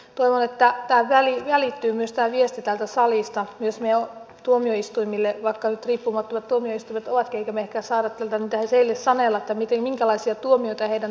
toivon että tämä viesti välittyy täältä salista myös tuomioistuimille vaikka nyt tuomioistuimet ovatkin riippumattomat emmekä me ehkä saa täältä mitään heille sanella minkälaisia tuomioita heidän tulisi langettaa